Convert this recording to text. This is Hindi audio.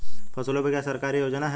फसलों पे क्या सरकारी योजना है?